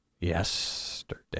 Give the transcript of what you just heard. yesterday